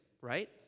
right